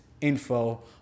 info